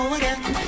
again